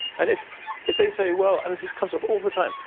and if if they say well, and it kind of all the time,